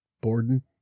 Borden